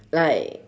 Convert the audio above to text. like